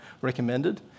recommended